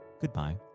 goodbye